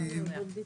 אותם.